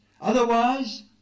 Otherwise